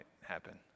happen